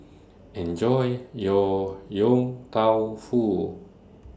Enjoy your Yong Tau Foo